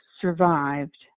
survived